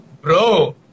Bro